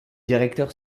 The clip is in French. directeur